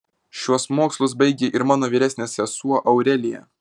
šiuos mokslus baigė ir mano vyresnė sesuo aurelija